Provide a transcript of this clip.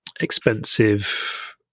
expensive